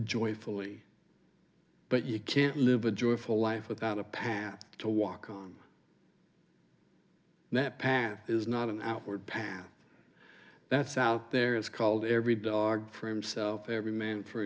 joyfully but you can't live a joyful life without a path to walk on that path is not an outward path that's out there it's called every dog for himself every man for